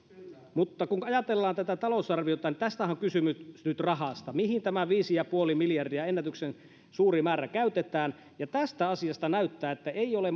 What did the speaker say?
mutta kun ajatellaan tätä talousarviota niin tässähän on kysymys nyt rahasta mihin tämä viisi pilkku viisi miljardia ennätyksellisen suuri määrä käytetään ja tästä asiasta näyttää että ei ole